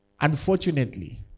unfortunately